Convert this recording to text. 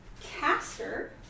caster